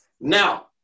now